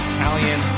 Italian